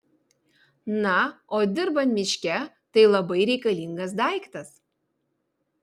na o dirbant miške tai labai reikalingas daiktas